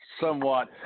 somewhat